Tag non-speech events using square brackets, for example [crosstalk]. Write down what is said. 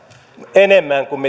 enemmän kuin [unintelligible]